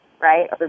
right